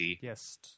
Yes